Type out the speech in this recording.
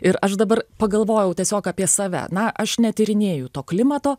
ir aš dabar pagalvojau tiesiog apie save na aš netyrinėju to klimato